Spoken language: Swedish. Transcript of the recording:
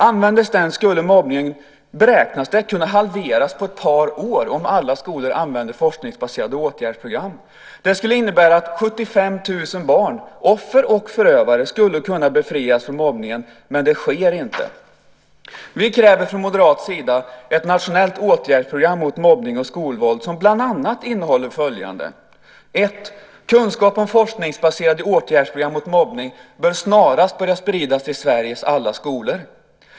Om alla skolor använde forskningsbaserade åtgärdsprogram beräknas mobbningen kunna halveras på ett par år. Det skulle innebära att 75 000 barn - offer och förövare - skulle kunna befrias från mobbningen, men det sker inte. Vi kräver från moderat sida ett nationellt åtgärdsprogram mot mobbning och skolvåld. Det innehåller bland annat: Kunskap om forskningsbaserade åtgärdsprogram mot mobbning bör snarast börja spridas till Sveriges alla skolor.